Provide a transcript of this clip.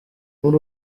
muri